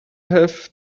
have